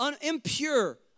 impure